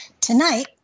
Tonight